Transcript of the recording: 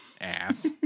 ass